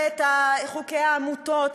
ואת חוקי העמותות,